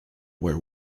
were